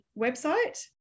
website